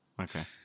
Okay